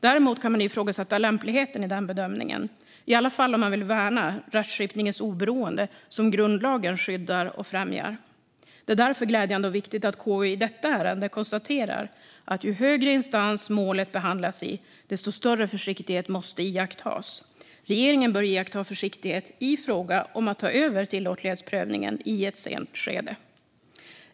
Däremot kan man ifrågasätta lämpligheten i den bedömningen, i alla fall om man vill värna rättskipningens oberoende som grundlagen skyddar och främjar. Det är därför glädjande och viktigt att KU i detta ärende konstaterar att ju högre instans målet behandlas i, desto större försiktighet måste iakttas. Regeringen bör iaktta försiktighet i fråga om att ta över tillåtlighetsprövningen i ett sent skede.